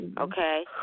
Okay